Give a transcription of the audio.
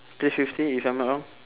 three fifty if I'm not wrong